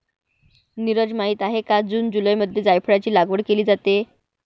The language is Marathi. नीरज माहित आहे का जून जुलैमध्ये जायफळाची लागवड केली जाते